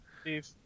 Steve